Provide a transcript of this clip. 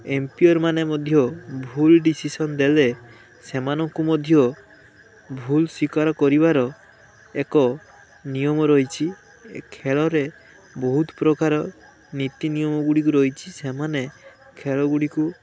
Ampere ମାନେ ମଧ୍ୟ ଭୁଲ ଡିସିସନ ଦେଲେ ସେମାନଙ୍କୁ ମଧ୍ୟ ଭୁଲ ସ୍ୱୀକାର କରିବାର ଏକ ନିୟମ ରହିଛି ଏ ଖେଳରେ ବହୁତ ପ୍ରକାର ନୀତିନିୟମ ଗୁଡ଼ିକୁ ରହିଛି ସେମାନେ ଖେଳଗୁଡ଼ିକୁ